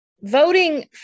Voting